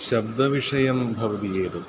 शब्दविषयः भवति चेत्